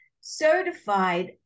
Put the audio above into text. certified